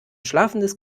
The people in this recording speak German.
schlafendes